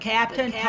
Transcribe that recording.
Captain